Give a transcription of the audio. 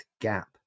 gap